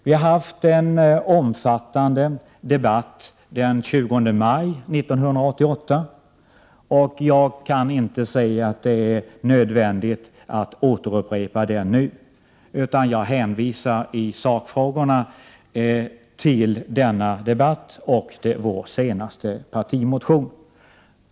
Den 20 maj 1988 hade vi en omfattande debatt, och jag kan inte säga att det är nödvändigt att upprepa den debatten nu. I sakfrågorna hänvisar jag till denna debatt och vår senaste partimotion.